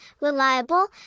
reliable